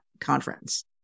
conference